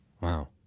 Wow